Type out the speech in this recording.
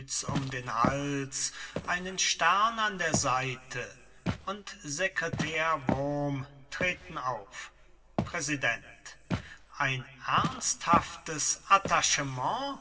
um den hals einen stern an der seite und secretär wurm treten auf präsident ein ernsthaftes attachement